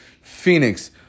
phoenix